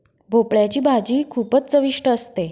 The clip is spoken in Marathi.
भोपळयाची भाजी खूपच चविष्ट असते